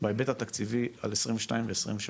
בהיבט התקציבי על שנים 2022 ו-2023.